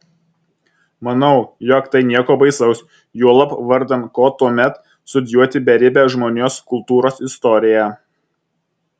manau jog tai nieko baisaus juolab vardan ko tuomet studijuoti beribę žmonijos kultūros istoriją